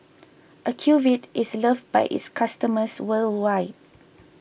Ocuvite is loved by its customers worldwide